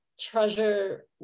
treasure